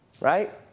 right